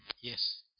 Yes